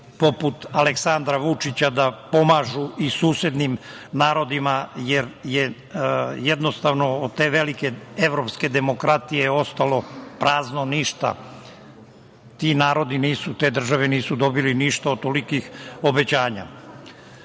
poput Aleksandra Vučića da pomažu i susednim narodima, jer, jednostavno, od te velike evropske demokratije ostalo je prazno, narodi te države nisu dobili ništa od tolikih obećanja. Podsetio